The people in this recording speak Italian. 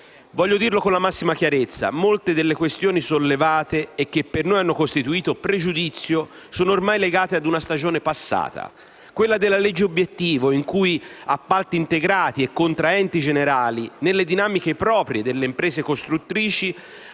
Voglio dirlo con la massima chiarezza, molte delle questioni sollevate e che per noi hanno costituito pregiudizio, sono ormai legate ad una stagione passata, vale a dire quella della legge obiettivo in cui appalti integrati e contraenti generali, nelle dinamiche proprie delle imprese costruttrici,